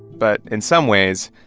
but in some ways,